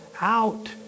out